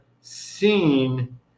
seen